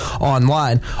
online